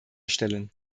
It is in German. stellen